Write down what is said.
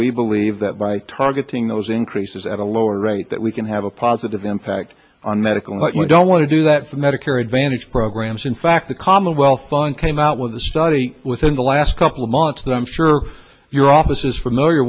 we believe that by targeting those increases at a lower rate that we can have a positive impact on medical but we don't want to do that for medicare advantage programs in fact the commonwealth fund came out with a study within the last couple of months that i'm sure your office is f